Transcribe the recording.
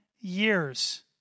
years